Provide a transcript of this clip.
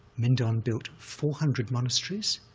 mindon built four hundred monasteries,